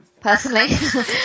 personally